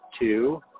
two